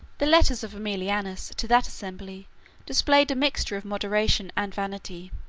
the letters of aemilianus to that assembly displayed a mixture of moderation and vanity.